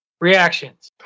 Reactions